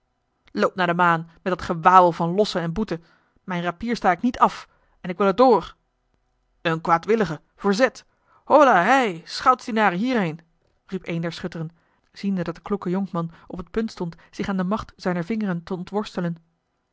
loopt naar de maan met dat gewawel van lossen en boeten mijn rapier sta ik niet af en ik wil er door een kwaadwillige verzet hola hei schoutsdienaren hierheen riep een der schutteren ziende dat de kloeke jonkman op het punt stond zich aan de macht zijner vingeren te ontworstelen